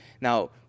Now